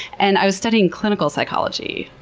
and i was studying clinical psychology,